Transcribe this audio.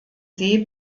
see